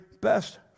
best